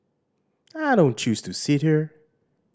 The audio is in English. I don't choose to sit here